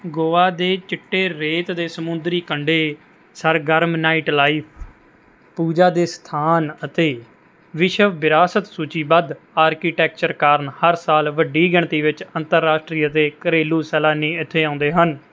ਗੋਆ ਦੇ ਚਿੱਟੇ ਰੇਤ ਦੇ ਸਮੁੰਦਰੀ ਕੰਢੇ ਸਰਗਰਮ ਨਾਈਟ ਲਾਈਫ ਪੂਜਾ ਦੇ ਸਥਾਨ ਅਤੇ ਵਿਸ਼ਵ ਵਿਰਾਸਤ ਸੂਚੀਬੱਧ ਆਰਕੀਟੈਕਚਰ ਕਾਰਨ ਹਰ ਸਾਲ ਵੱਡੀ ਗਿਣਤੀ ਵਿੱਚ ਅੰਤਰਰਾਸ਼ਟਰੀ ਅਤੇ ਘਰੇਲੂ ਸੈਲਾਨੀ ਇੱਥੇ ਆਉਂਦੇ ਹਨ